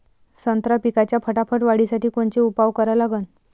संत्रा पिकाच्या फटाफट वाढीसाठी कोनचे उपाव करा लागन?